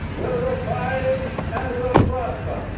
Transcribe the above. will revive and will prosper.